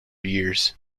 years